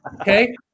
Okay